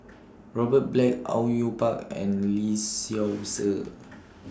Robert Black Au Yue Pak and Lee Seow Ser